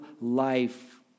life